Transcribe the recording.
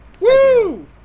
Woo